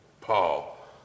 Paul